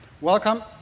Welcome